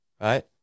right